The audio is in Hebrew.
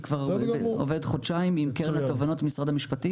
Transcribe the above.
היא כבר עובדת חודשיים עם קרן התובענות במשרד המשפטים,